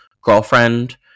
girlfriend